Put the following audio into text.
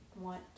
want